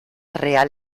real